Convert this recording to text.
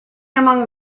among